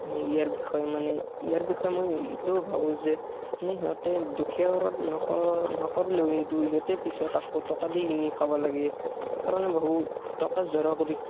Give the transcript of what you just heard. ইয়াৰ বিষয়ে মানে ইয়াৰ বিষয়ে মই এইটো ভাবোঁ যে নে সিহঁতে দুখীয়া ঘৰত নক নকৰিলেও কিন্তু ইহঁতে পিছত আকৌ টকা দি কিনি খাব লাগে সেইকাৰণে ভাবোঁ টকা জোৰা কৰি